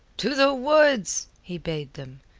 to the woods! he bade them.